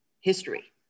history